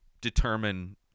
determine